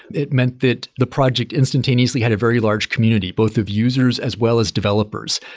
it meant that the project instantaneously had a very large community, both of users, as well as developers.